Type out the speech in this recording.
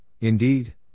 indeed